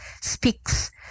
speaks